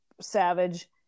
Savage